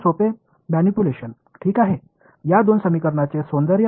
என்னால் அதையே H curl உள்ளடக்கிய இரண்டாவது தொகுப்பு சமன்பாடுகளுக்கும் செய்ய முடியும்